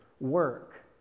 work